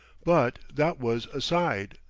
but that was aside,